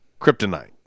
Kryptonite